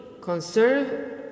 conserve